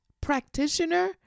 practitioner